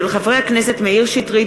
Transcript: הצעתם של חברי הכנסת מאיר שטרית,